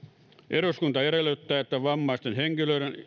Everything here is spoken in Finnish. eduskunta edellyttää että vammaisten henkilöiden